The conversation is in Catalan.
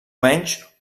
menys